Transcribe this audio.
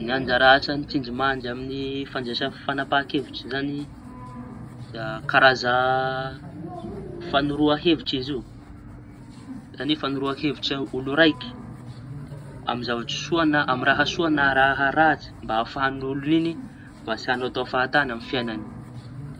Ny anjara asañy tsindrimandry amy fandraisañy fifañapaha-kevitra zañy da karaza fañoroha hevitry izy io. Zañy hoe fañoroa hevitry olo raiky amizao soa amy raha soa na amy raha ratsy mba ahafahan' iñy olon' iñy tsy añao tao fahatañy amy fiañany.